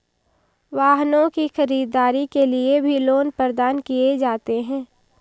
वाहनों की खरीददारी के लिये भी लोन प्रदान किये जाते हैं